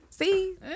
See